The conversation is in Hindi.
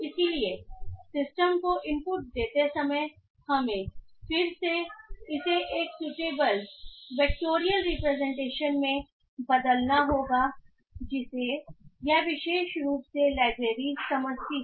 इसलिए सिस्टम को इनपुट देते समय हमें फिर से इसे एक सूटेबल वेक्टोरियल रिप्रेजेंटेशन में बदलना होगा जिसे यह विशेष रूप से लाइब्रेरी समझती है